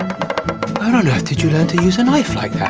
i don't know. did you learn to use a knife like that?